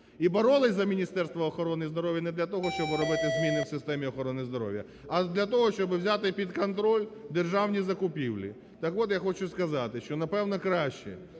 і боролися за Міністерство охорони здоров'я не для того, щоб робити зміни в системі охорони здоров'я, а для того, щоб взяти під контроль державні закупівлі. Так от я хочу сказати, що, напевно, краще